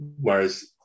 whereas